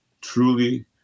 truly